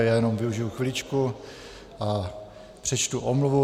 Já jenom využiji chviličku a přečtu omluvu.